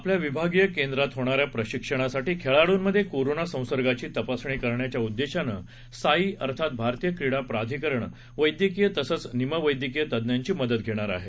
आपल्या विभागीय केंद्रांत होणाऱ्या प्रशिक्षणासाठी खेळाडूंमध्ये कोरोना संसर्गाची तपासणी करायच्या उद्देशानं साई अर्थात भारतीय क्रीडा प्राधिकरण वैद्यकीय तसंच निमवैद्यकीय तज्ञांची मदत घेणार आहे